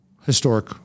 historic